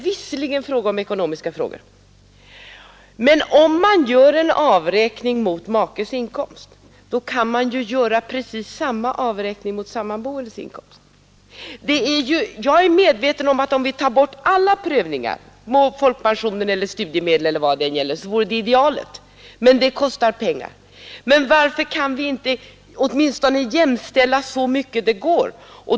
Visserligen gäller det här ekonomiska frågor, men om man gör en avräkning mot makes inkomst, så kan man ju göra precis samma avräkning mot sammanboendes inkomst. Om vi tar bort alla prövningar — på folkpensionen, studiemedlen och vad det nu kan vara — så vore det naturligtvis idealet. Men det kostar pengar. Och varför kan man inte åtminstone jämställa så mycket det går?